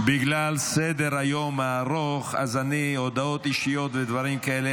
בגלל סדר-היום הארוך אני לא אאשר הודעות אישיות ודברים כאלה,